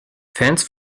fans